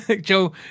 Joe